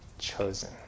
chosen